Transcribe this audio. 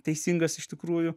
teisingas iš tikrųjų